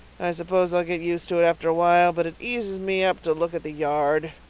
i suppose i'll get used to it after awhile but it eases me up to look at the yard.